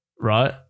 right